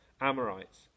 Amorites